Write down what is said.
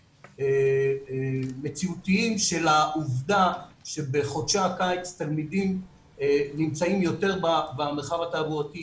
מציאותיים של העובדה שבחודשי הקיץ תלמידים נמצאים יותר במרחב התעבורתי,